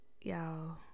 Y'all